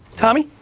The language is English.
tommy?